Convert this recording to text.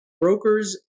Brokers